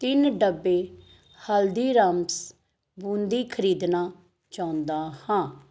ਤਿੰਨ ਡੱਬੇ ਹਲਦੀਰਾਮਸ ਬੂੰਦੀ ਖ਼ਰੀਦਣਾ ਚਾਹੁੰਦਾ ਹਾਂ